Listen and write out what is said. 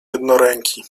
jednoręki